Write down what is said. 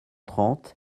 trente